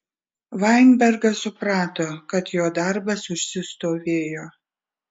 vainbergas suprato kad jo darbas užsistovėjo